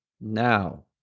now